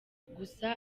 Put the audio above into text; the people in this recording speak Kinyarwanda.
gusa